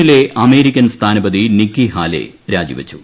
എന്നിലെ അമേരിക്കൻ സ്ഥാനപതി Nikki Haley രാജിവച്ചു